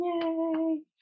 Yay